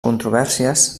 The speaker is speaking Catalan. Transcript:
controvèrsies